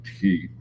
heat